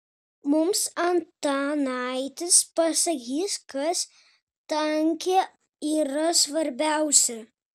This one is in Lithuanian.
mums antanaitis pasakys kas tanke yra svarbiausia